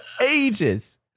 ages